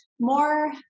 more